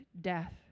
death